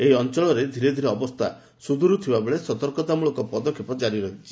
ଏହି ଅଞ୍ଚଳରେ ଧୀରେ ଧୀରେ ଅବସ୍ଥା ସୁଧୁରୁଥିଲାବେଳେ ସତର୍କତାମୂଳକ ପଦକ୍ଷେପ କାରି ରହିଛି